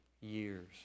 years